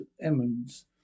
emmons